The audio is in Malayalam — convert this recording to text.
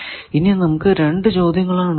ഇനി നമുക്ക് രണ്ടു ചോദ്യങ്ങൾ ആണ് ഉള്ളത്